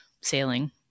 sailing